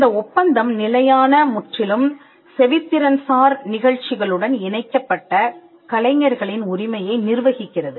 இந்த ஒப்பந்தம் நிலையான முற்றிலும் செவித்திறன் சார் நிகழ்ச்சிகளுடன் இணைக்கப்பட்ட கலைஞர்களின் உரிமையை நிர்வகிக்கிறது